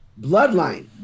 bloodline